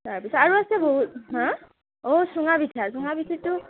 তাৰপিছত আৰু আছে বহুত হাঁ অঁ চুঙা পিঠা চুঙা পিঠাটো